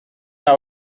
are